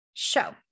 show